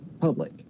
public